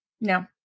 No